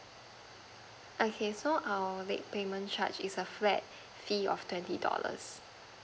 okay so our late payment charge is a flat fee of twenty dollars